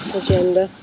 agenda